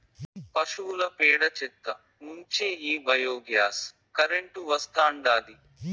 పశువుల పేడ చెత్త నుంచే ఈ బయోగ్యాస్ కరెంటు వస్తాండాది